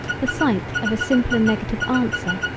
the sight of a simpler negative answer,